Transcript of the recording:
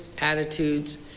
attitudes